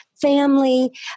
family